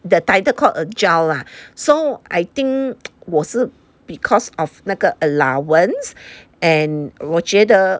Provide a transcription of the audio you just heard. the title called agile lah so I think 我是 because of 那个 allowance and 我觉得